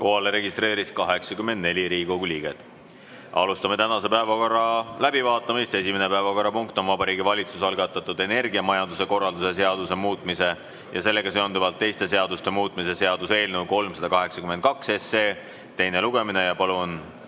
registreerus 84 Riigikogu liiget. Alustame tänase päevakorra läbivaatamist. Esimene päevakorrapunkt on Vabariigi Valitsuse algatatud energiamajanduse korralduse seaduse muutmise ja sellega seonduvalt teiste seaduste muutmise seaduse eelnõu 382 teine lugemine. Palun